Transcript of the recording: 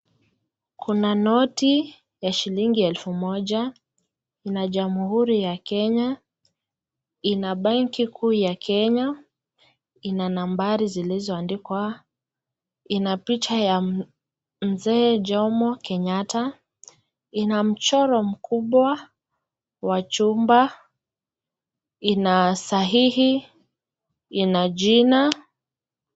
Kuna noti ya shilingi elfu moja, ina jamhuri ya Kenya, ina benki kuu ya Kenya, ina nambari zilizoandikwa, ina picha ya mzee Jomo Kenyatta, ina mchoro mkubwa wa chumba, ina sahihi, ina jina.